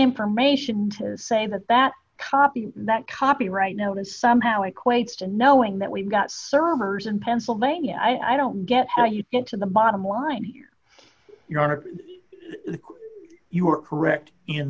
information to say that that copy that copyright notice somehow equates to knowing that we've got servers in pennsylvania i don't get how you get to the bottom line here you are correct in